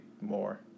More